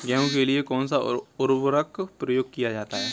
गेहूँ के लिए कौनसा उर्वरक प्रयोग किया जाता है?